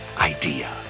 idea